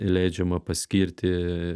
leidžiama paskirti